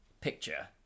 picture